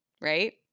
right